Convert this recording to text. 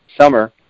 summer